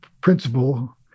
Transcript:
principle